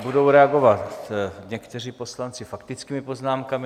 Budou reagovat někteří poslanci faktickými poznámkami.